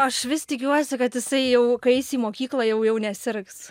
aš vis tikiuosi kad jisai jau kai eis į mokyklą jau jau nesirgs